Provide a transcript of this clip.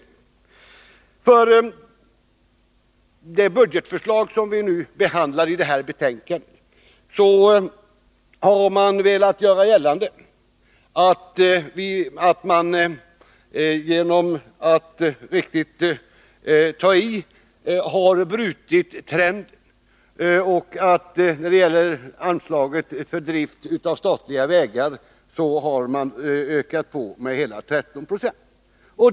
Beträffande det budgetförslag som behandlas i detta betänkande har man velat göra gällande att man genom att riktigt ta i har brutit trenden och att anslaget för drift av statliga vägar har ökats med hela 13 26.